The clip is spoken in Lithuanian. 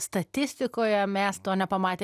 statistikoje mes to nepamatėm